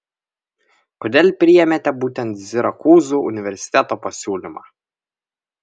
kodėl priėmėte būtent sirakūzų universiteto pasiūlymą